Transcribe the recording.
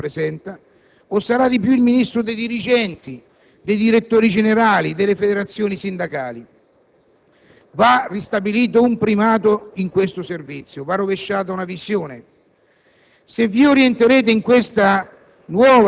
quelle famiglie e quegli studenti che tutto il Parlamento rappresenta, o sarà di più il Ministro dei dirigenti, dei direttori generali, delle federazioni sindacali. Va ristabilito un primato in questo servizio, va rovesciata una visione.